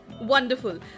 Wonderful